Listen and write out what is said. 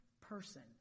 person